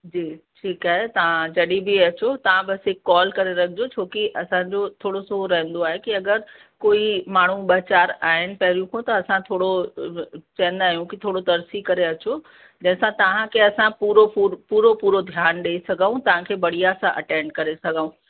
जी ठीकु आहे तव्हां जॾहिं बि अचो तव्हां बसि हिकु कॉल करे रखिजो छोकी असांजो थोरो सो उहो रहंदो आहे की अगरि कोई माण्हू ॿ चार आहिनि पहिरीं खां त असां थोरो चवंदा आहियूं की थोरो तर्सी करे अचो जंहिंसां तव्हांखे असां पूरो पूरो पूरो पूरो ध्यान ॾई सघूं तव्हांखे बढ़िया सां अटैंड करे सघूं